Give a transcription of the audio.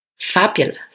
Fabulous